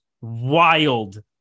wild